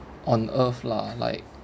on earth lah like